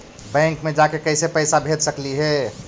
Bank मे जाके कैसे पैसा भेज सकली हे?